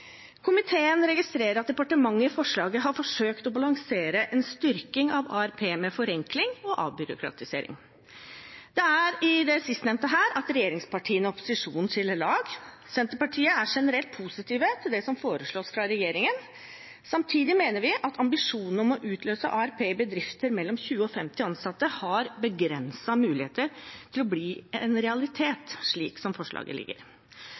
Komiteen registrerer at departementet i forslaget har forsøkt å balansere en styrking av ARP med forenkling og avbyråkratisering. Det er i det sistnevnte at regjeringspartiene og opposisjonen skiller lag. Senterpartiet er generelt positiv til det som foreslås fra regjeringen; samtidig mener vi at ambisjonen om å utløse ARP i bedrifter med mellom 20 og 50 ansatte har begrensede muligheter til å bli en realitet slik forslaget